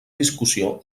discussió